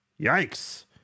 Yikes